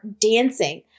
dancing